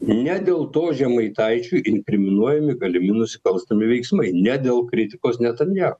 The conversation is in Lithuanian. ne dėl to žemaitaičiui inkriminuojami galimi nusikalstami veiksmai ne dėl kritikos netanja